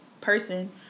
person